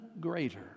greater